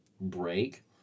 break